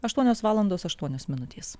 aštuonios valandos aštuonios minutės